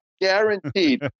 guaranteed